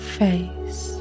face